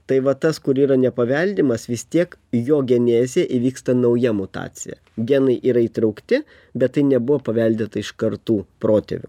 tai va tas kur yra nepaveldimas vis tiek jo genezė įvyksta nauja mutacija genai yra įtraukti bet tai nebuvo paveldėta iš kartų protėvių